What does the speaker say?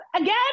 Again